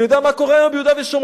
אני יודע מה קורה היום ביהודה ושומרון,